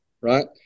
right